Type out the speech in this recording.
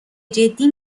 جدی